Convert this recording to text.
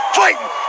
fighting